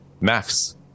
Maths